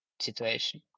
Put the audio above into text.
situation